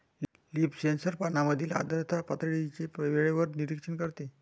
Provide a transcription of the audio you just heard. leaf sensor पानांमधील आर्द्रता पातळीचे वेळेवर निरीक्षण करते